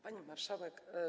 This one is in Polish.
Pani Marszałek!